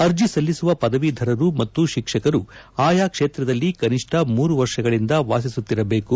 ಅರ್ಜಿ ಸಲ್ಲಿಸುವ ಪದವೀಧರರು ಮತ್ತು ಶಿಕ್ಷಕರು ಆಯಾ ಕ್ಷೇತ್ರದಲ್ಲಿ ಕನಿಷ್ಠ ಮೂರು ವರ್ಷಗಳಿಂದ ವಾಸಿಸುತ್ತಿರಬೇಕು